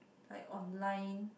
like online